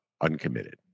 uncommitted